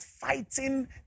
fighting